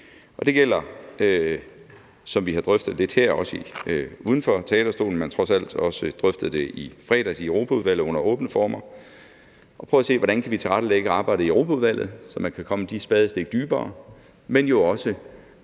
i. Det gælder om, som vi har drøftet lidt her, også uden for talerstolen – og vi har trods alt også drøftet det i Europaudvalget i fredags under åbne former – at prøve at se, hvordan vi kan tilrettelægge arbejdet i Europaudvalget, så vi kan komme de spadestik dybere. Og det gælder